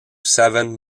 seven